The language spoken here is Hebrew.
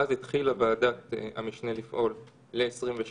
שאז התחילה ועדת המשנה לפעול, ל-26.